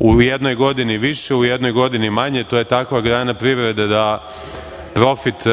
u jednoj godini više, u jednoj godini manje. To je takva grana privrede da profit